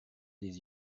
des